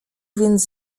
więc